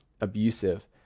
abusive